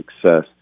success